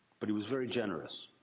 but he was very generous.